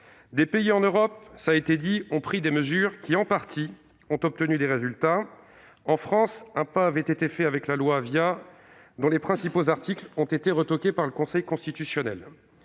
pays d'Europe ont pris des mesures, qui ont en partie donné des résultats. En France, un pas avait été fait avec la loi Avia, dont les principaux articles ont été censurés par le Conseil constitutionnel.